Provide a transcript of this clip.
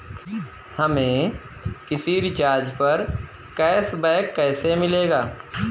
हमें किसी रिचार्ज पर कैशबैक कैसे मिलेगा?